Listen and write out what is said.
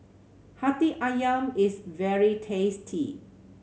Hati Ayam is very tasty